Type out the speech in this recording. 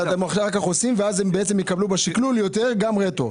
אתם אחר כך עושים והם בעצם יקבלו בשקלול יותר גם רטרואקטיבית.